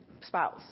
spouse